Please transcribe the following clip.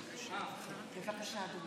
מצביע יועז הנדל,